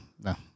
no